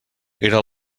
era